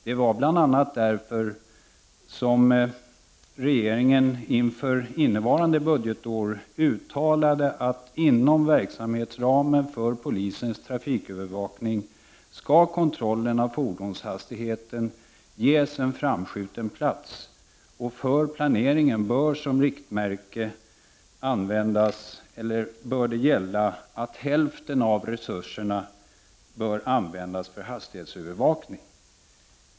Det var bl.a. därför som regeringen inför det innevarande budgetåret uttalade att inom verksamhetsramen för polisens trafikövervakning skall kontrollen av fordonshastigheten ges en framskjuten plats och för planeringen bör som riktmärke gälla att minst hälften av resur serna används för hastighetsövervakning.